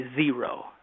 zero